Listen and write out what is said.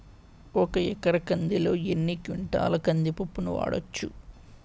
ఒక ఎకర కందిలో ఎన్ని క్వింటాల కంది పప్పును వాడచ్చు?